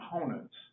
components